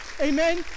Amen